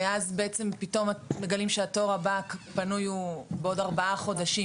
ואז בעצם פתאום מגלים שהתור הפנוי הבא הוא בעוד ארבעה חודשים,